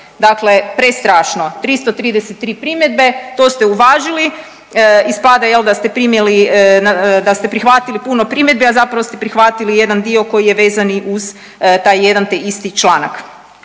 dakle prestrašno, 333 primjedbe, to ste uvažili ispada jel da ste primili, da ste prihvatili puno primjedbi, a zapravo ste prihvatili jedan dio koji je vezan uz taj jedan te isti članak.